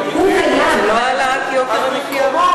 זה לא העלאת יוקר המחיה?